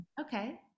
okay